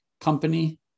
company